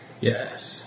yes